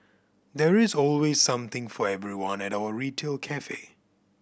there is always something for everyone at our retail cafe